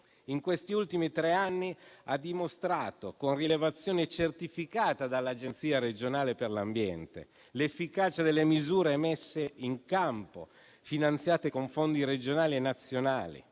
in questi ultimi tre anni, ha dimostrato, con rilevazione certificata dall'Agenzia regionale per l'ambiente, l'efficacia delle misure messe in campo, finanziate con fondi regionali e nazionali.